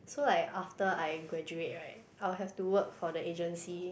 so like after I graduate right I will have to work for the agency